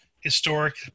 historic